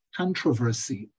controversy